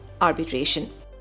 arbitration